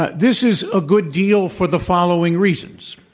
ah this is a good deal for the following reasons,